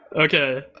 Okay